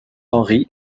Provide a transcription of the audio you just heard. henri